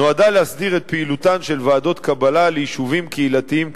נועדה להסדיר את פעילותן של ועדות קבלה ליישובים קהילתיים קטנים,